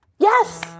Yes